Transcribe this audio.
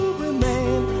remain